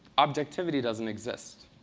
objectivity doesn't exist.